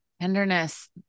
Tenderness